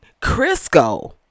Crisco